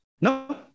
No